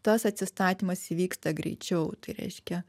tas atsistatymas įvyksta greičiau tai reiškia